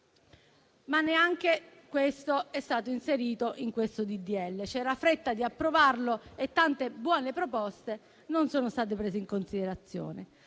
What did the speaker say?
Ma neanche questo è stato inserito in questo disegno di legge: c'era fretta di approvarlo e tante buone proposte non sono state prese in considerazione.